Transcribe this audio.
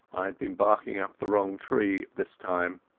i had been barking up the wrong tree this time.